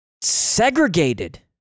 segregated